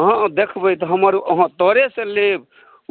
अहाँ देखबै तऽ हमर अहाँ तरेसँ लेब